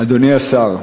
אדוני השר,